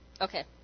Okay